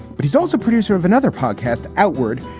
but he's also producer of another podcast, outward,